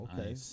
okay